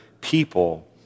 people